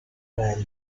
ran